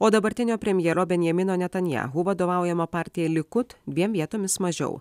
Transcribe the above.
o dabartinio premjero benjamino netanyahu vadovaujama partija likud dviem vietomis mažiau